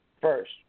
First